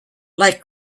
like